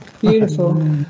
Beautiful